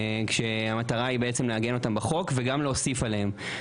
המטרה היא לעגן אותן בחוק וגם להוסיף עליהן.